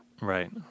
Right